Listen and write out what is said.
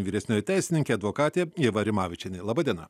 vyresnioji teisininkė advokatė ieva rimavičienė laba diena